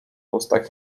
ustach